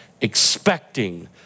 Expecting